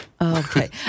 Okay